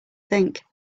think